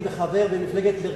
אתה חבר מפלגת העבודה.